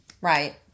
Right